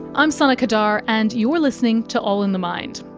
i'm sana qadar and you're listening to all in the mind.